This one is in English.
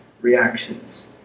reactions